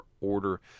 order